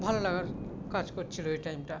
ভালো লাগার কাজ করছিলো এই টাইমটা